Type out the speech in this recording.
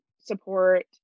support